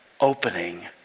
opening